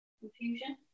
Confusion